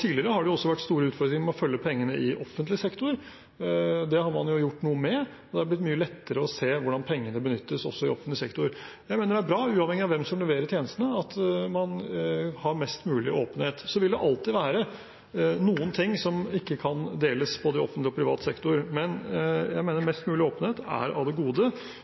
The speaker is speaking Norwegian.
Tidligere har det også vært store utfordringer med å følge pengene i offentlig sektor. Det har man gjort noe med, og det har blitt mye lettere å se hvordan pengene benyttes også i offentlig sektor. Jeg mener det er bra, uavhengig av hvem som leverer tjenestene, at man har mest mulig åpenhet. Så vil det alltid være noen ting som ikke kan deles, både i offentlig og i privat sektor, men jeg mener mest mulig åpenhet er av det gode.